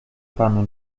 panu